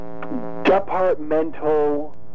departmental